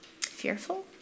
fearful